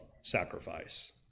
sacrifice